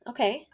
Okay